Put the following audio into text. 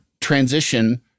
transition